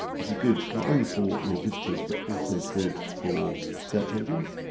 which is good, not only for your visitors but also good for search engines.